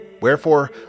Wherefore